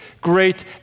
great